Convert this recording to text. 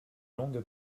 longue